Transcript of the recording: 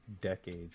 decades